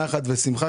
נחת ושמחה,